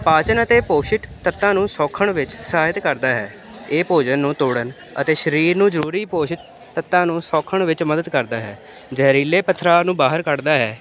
ਪਾਚਨ ਅਤੇ ਪੋਸ਼ਕ ਤੱਤਾਂ ਨੂੰ ਸੋਖਣ ਵਿੱਚ ਸਹਾਇਤਾ ਕਰਦਾ ਹੈ ਇਹ ਭੋਜਨ ਨੂੰ ਤੋੜਨ ਅਤੇ ਸਰੀਰ ਨੂੰ ਜ਼ਰੂਰੀ ਪੋਸ਼ਕ ਤੱਤਾਂ ਨੂੰ ਸੋਖਣ ਵਿੱਚ ਮਦਦ ਕਰਦਾ ਹੈ ਜ਼ਹਿਰੀਲੇ ਪਦਾਰਥ ਨੂੰ ਬਾਹਰ ਕੱਢਦਾ ਹੈ